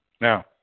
Now